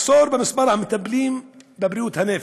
מחסור במטפלים בבריאות הנפש".